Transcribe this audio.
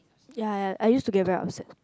ya ya I used to get very upset